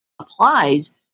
applies